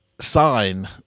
sign